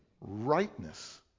Rightness